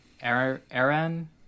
Aaron